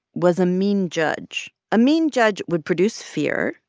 was a mean judge. a mean judge would produce fear,